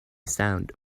sound